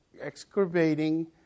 excavating